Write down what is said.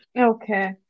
Okay